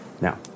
Now